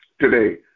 Today